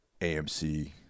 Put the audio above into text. AMC